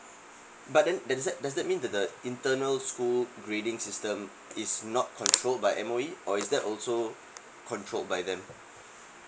but then does that does that mean that the internal school grading system is not controlled by M_O_E or is that also controlled by them